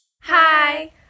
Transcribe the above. Hi